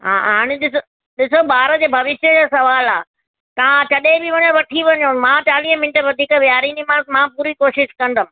हा हा हाणे ॾिस ॾिसो ॿार जे भविष्य जो सुवालु आहे तव्हां छॾे बि वञो वठी वञो मां चालीह मिंट वधीक वियारींदीमांसि मां पूरी कोशिशि कंदमि